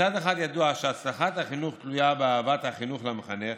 מצד אחד ידוע שהצלחת החינוך תלויה באהבת החניך למחנך,